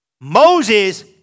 Moses